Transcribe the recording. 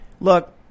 Look